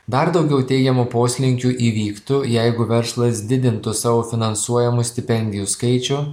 dar daugiau teigiamų poslinkių įvyktų jeigu verslas didintų savo finansuojamų stipendijų skaičių